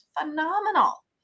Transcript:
phenomenal